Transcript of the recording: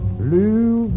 blue